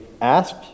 asked